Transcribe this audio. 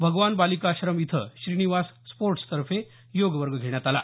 भगवान बालिकाश्रम इथं श्रीनिवास स्पोर्टसतर्फे योग वर्ग घेण्यात आला